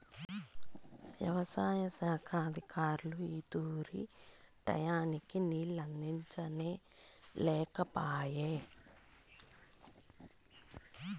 యవసాయ శాఖ అధికారులు ఈ తూరి టైయ్యానికి నీళ్ళు అందించనే లేకపాయె